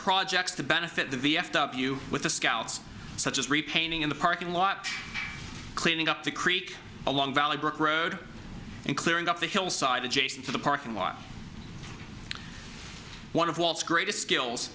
projects to benefit the v f w with the scouts such as repainting in the parking lot cleaning up the creek along valley brick road and clearing up the hillside adjacent to the parking lot one of walts greatest skills